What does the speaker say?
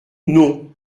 non